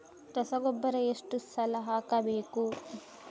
ರಸಗೊಬ್ಬರ ಎಷ್ಟು ಸಲ ಹಾಕಬೇಕು?